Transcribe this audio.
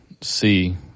see